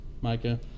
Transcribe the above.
Micah